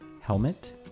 helmet